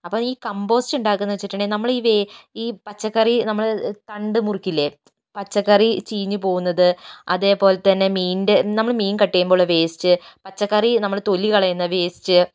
അപ്പോൾ ഈ കമ്പോസ്റ്റുണ്ടാക്കുന്നതെന്ന് വെച്ചിട്ടുണ്ടേൽ നമ്മളീ ഈ പച്ചക്കറി നമ്മള് തണ്ടു മുറിക്കില്ലേ പച്ചക്കറി ചീഞ്ഞു പോകുന്നത് അതേപോലെതന്നെ മീനിൻ്റെ നമ്മള് മീൻ കട്ടേയ്യുമ്പോയുള്ള വേസ്റ്റ് പച്ചക്കറി നമ്മള് തൊലികളയുന്ന വേസ്റ്റ്